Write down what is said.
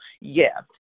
yes